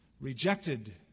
rejected